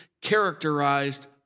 characterized